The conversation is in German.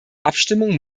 abstimmung